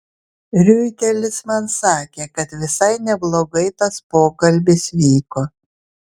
riuitelis man sakė kad visai neblogai tas pokalbis vyko